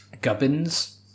Gubbins